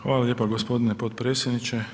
Hvala lijepa gospodine potpredsjedniče.